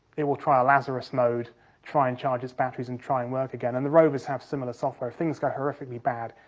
it will try a lazarus mode, to try and charge its batteries and try and work again, and the rovers have similar software. if things go horrifically bad,